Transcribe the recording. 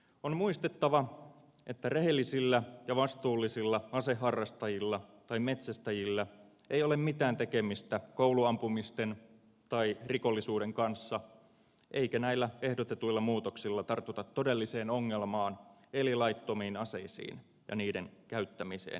on muistettava että rehellisillä ja vastuullisilla aseharrastajilla tai metsästäjillä ei ole mitään tekemistä kouluampumisten tai rikollisuuden kanssa eikä näillä ehdotetuilla muutoksilla tartuta todelliseen ongelmaan eli laittomiin aseisiin ja niiden käyttämiseen rikoksentekovälineenä